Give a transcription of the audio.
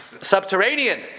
Subterranean